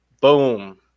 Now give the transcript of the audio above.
boom